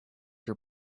your